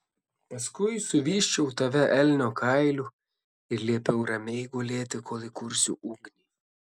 paskui suvysčiau tave elnio kailiu ir liepiau ramiai gulėti kol įkursiu ugnį